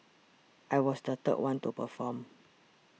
I was the third one to perform